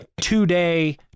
two-day